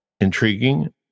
intriguing